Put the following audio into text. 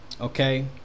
Okay